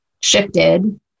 shifted